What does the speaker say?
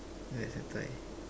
where is your tie